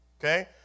okay